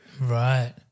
right